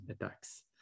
attacks